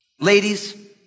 Ladies